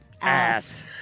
Ass